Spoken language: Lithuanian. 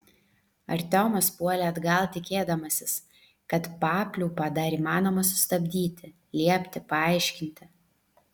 artiomas puolė atgal tikėdamasis kad papliūpą dar įmanoma sustabdyti liepti paaiškinti